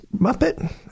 Muppet